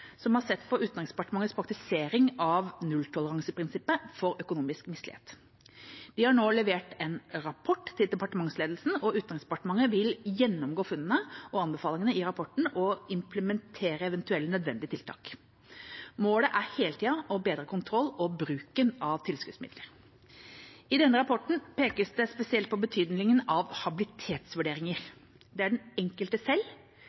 som har sett på Utenriksdepartementets praktisering av nulltoleranseprinsippet for økonomisk mislighet. De har nå levert en rapport til departementsledelsen, og Utenriksdepartementet vil gjennomgå funnene og anbefalingene i rapporten og implementere eventuelle nødvendige tiltak. Målet er hele tida å ha bedre kontroll med bruken av tilskuddsmidler. I denne rapporten pekes det spesielt på betydningen av habilitetsvurderinger. Det er den enkelte selv